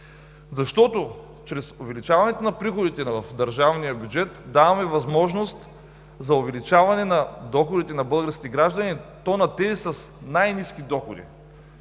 Защото чрез увеличаването на приходите в държавния бюджет даваме възможност за увеличаване на доходите на българските граждани и то на тези с най-ниски доходи.